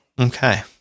Okay